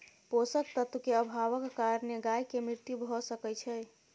पोषक तत्व के अभावक कारणेँ गाय के मृत्यु भअ सकै छै